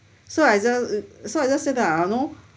so I just so I just said that know